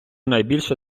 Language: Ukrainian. найбільше